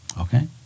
Okay